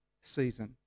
season